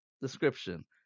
description